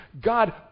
God